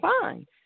fine